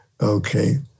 Okay